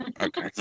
Okay